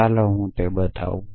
ચાલો હું તે બતાવું